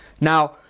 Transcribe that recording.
Now